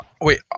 Wait